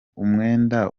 umwenda